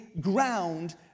ground